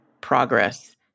progress